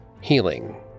Healing